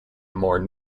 more